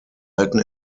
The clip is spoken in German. alten